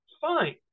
fine